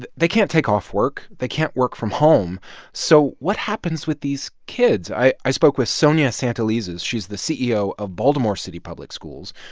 they can't take off work. they can't work from home so what happens with these kids? i i spoke with sonja santelises. she's the ceo of baltimore city public schools,